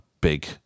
big